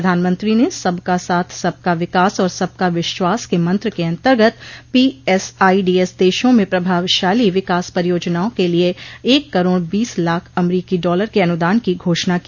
प्रधानमंत्री ने सबका साथ सबका विकास और सबका विश्वास के मंत्र के अंतर्गत पीएसआई डीएस दशों में प्रभावशाली विकास परियाजनाओं के लिए एक करोड बीस लाख अमरीकी डॉलर के अनुदान की घाषणा की